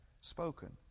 spoken